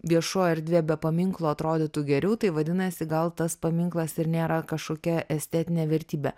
viešoj erdvė be paminklo atrodytų geriau tai vadinasi gal tas paminklas ir nėra kažkokia estetinė vertybė